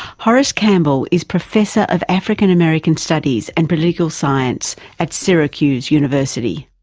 horace campbell is professor of african american studies and political science at syracuse university.